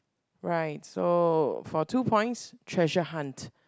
right so for two points treasure hunt